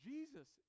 Jesus